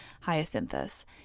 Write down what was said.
Hyacinthus